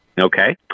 Okay